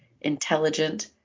intelligent